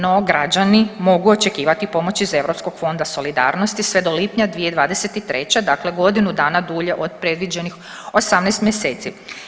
No, građani mogu očekivati pomoć iz europskog Fonda solidarnosti sve do lipnja 2023., dakle godinu dana dulje od predviđenih 18 mjeseci.